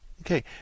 Okay